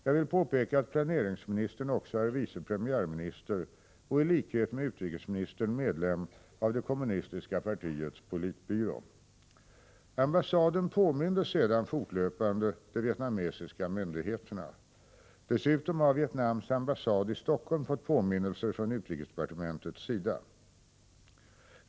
Jag vill påpeka att planeringsministern också är vice premiärminister och i likhet med utrikesministern medlem av det kommunistiska partiets politbyrå. Ambassaden påminde sedan fortlöpande de vietnamesiska myndigheterna. Dessutom har Vietnams ambassad i Stockholm fått påminnelser från utrikesdepartementets sida.